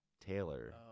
Taylor